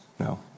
No